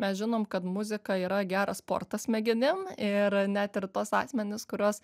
mes žinom kad muzika yra geras sportas smegenim ir net ir tuos asmenis kuriuos